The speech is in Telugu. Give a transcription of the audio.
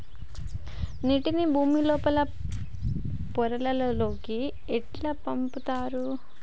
నీటిని భుమి లోపలి పొరలలోకి ఎట్లా పంపుతరు?